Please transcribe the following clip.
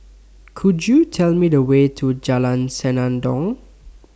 Could YOU Tell Me The Way to Jalan Senandong